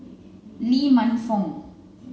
Lee Man Fong